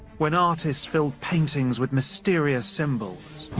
when artists filled paintings with mysterious symbols.